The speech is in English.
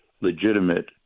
legitimate